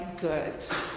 goods